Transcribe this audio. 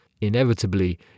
inevitably